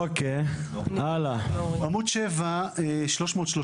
עמוד 7, סעיף